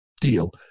deal